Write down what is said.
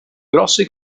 grossi